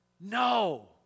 no